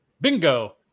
bingo